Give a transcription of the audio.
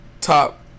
top